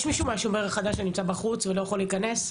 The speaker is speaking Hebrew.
יש מישהו מהשומר החדש שנמצא בחוץ ולא יכול להיכנס?